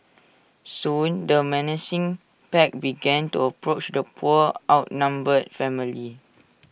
soon the menacing pack began to approach the poor outnumbered family